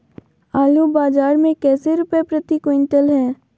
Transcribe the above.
आलू बाजार मे कैसे रुपए प्रति क्विंटल है?